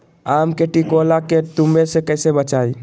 आम के टिकोला के तुवे से कैसे बचाई?